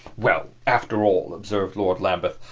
well, after all, observed lord lambeth,